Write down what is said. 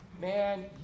man